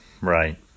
right